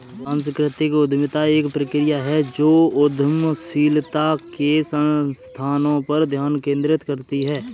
सांस्कृतिक उद्यमिता एक प्रक्रिया है जो उद्यमशीलता के संसाधनों पर ध्यान केंद्रित करती है